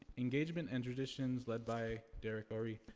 engagement and traditions led by derek or-ie.